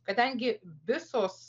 kadangi visos